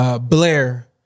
Blair